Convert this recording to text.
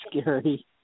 scary